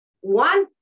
One